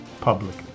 public